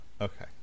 Okay